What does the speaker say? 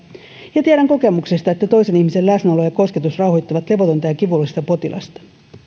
ja tiedän kokemuksesta että toisen ihmisen läsnäolo ja kosketus rauhoittavat levotonta ja kivullista potilasta